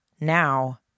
Now